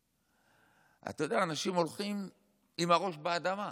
אתה יודע, אנשים הולכים עם הראש באדמה.